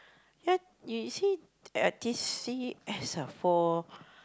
ya you see the T_C_S ah for